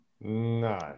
No